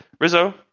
rizzo